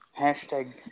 hashtag